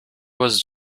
was